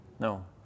No